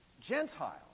Gentile